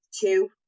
two